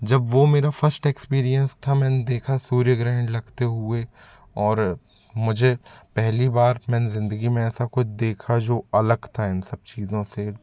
जब वो मेरा फस्ट एक्सपीरियेंस था मैंने देखा सूर्य ग्रहण लगते हुए और मुझे पहली बार मैंने ज़िंदगी में ऐसा कुछ देखा जो अलग था इन सब चीज़ों से